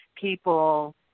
people